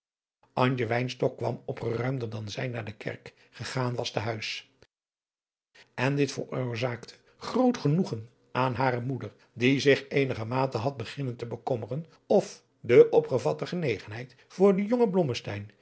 kwam opgeruimder dan zij naar de kerk gegaan was te huis en dit veroorzaakte groot genoegen aan hare moeder die zich eenigermate had beginnen te bekommeren of de opgevatte genegenheid voor den jongen